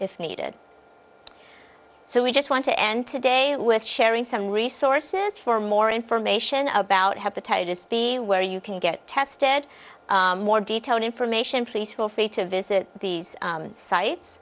needed so we just want to end today with sharing some resources for more information about hepatitis b where you can get tested more detailed information please feel free to visit these sites